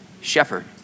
shepherd